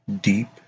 deep